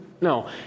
No